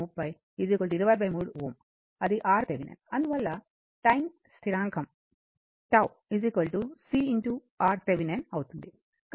అది RThevenin అందువల్ల time స్థిరాంకం τ c R Thevenin అవుతుంది